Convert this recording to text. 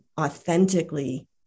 authentically